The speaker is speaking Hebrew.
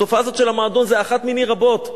התופעה הזאת של המועדון היא אחת מני רבות.